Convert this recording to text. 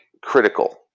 critical